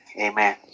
Amen